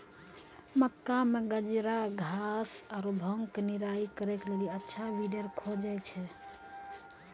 मक्का मे गाजरघास आरु भांग के निराई करे के लेली अच्छा वीडर खोजे छैय?